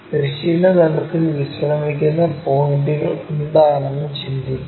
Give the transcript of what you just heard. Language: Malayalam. തിരശ്ചീന തലത്തിൽ വിശ്രമിക്കുന്ന പോയിന്റുകൾ എന്താണെന്ന് ചിന്തിക്കുക